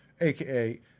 aka